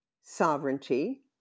sovereignty